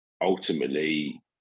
ultimately